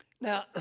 Now